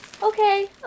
Okay